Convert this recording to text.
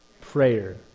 prayer